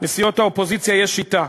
לסיעות האופוזיציה, יש שיטה: